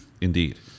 Indeed